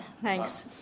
Thanks